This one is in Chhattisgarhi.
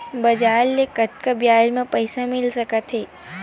बजार ले कतका ब्याज म पईसा मिल सकत हे?